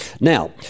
Now